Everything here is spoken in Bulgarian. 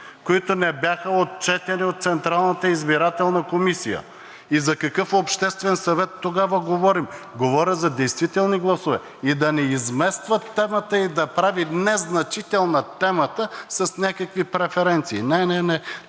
които не бяха отчетени от Централната избирателна комисия, и за какъв Обществен съвет тогава говорим. Говоря за действителни гласове и да не измества темата и да прави незначителна темата с някакви преференции. Не, не, не!